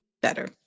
better